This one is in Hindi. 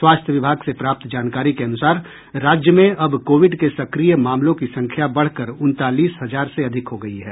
स्वास्थ्य विभाग से प्राप्त जानकारी के अनुसार राज्य में अब कोविड के सक्रिय मामलों की संख्या बढ़कर उनतालीस हजार से अधिक हो गयी है